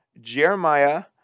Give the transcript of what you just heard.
Jeremiah